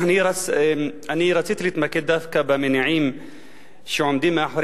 רציתי להתמקד דווקא במניעים שעומדים מאחורי